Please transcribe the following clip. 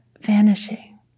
vanishing